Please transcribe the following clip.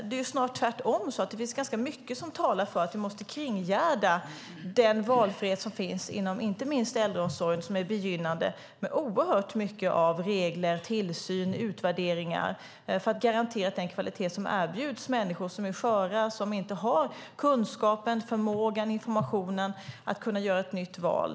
Det är snarare tvärtom så att det finns ganska mycket som talar för att vi måste kringgärda den valfrihet som finns inte minst inom äldreomsorgen med oerhört mycket av regler, tillsyn och utvärderingar för att garantera den kvalitet som erbjuds människor som är sköra och inte har kunskapen, förmågan och informationen att kunna göra ett nytt val.